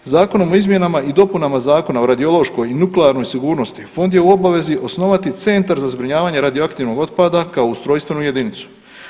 Zakonom o izmjenama i dopunama Zakona o radiološkoj i nuklearnoj sigurnosti Fond je u obavezi osnovati Centar za zbrinjavanje radioaktivnog otpada kao ustrojstvenu jedinicu.